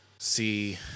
see